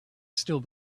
still